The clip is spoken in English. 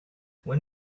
when